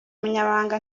umunyamabanga